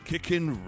Kicking